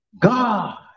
God